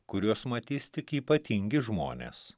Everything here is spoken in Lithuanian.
kuriuos matys tik ypatingi žmonės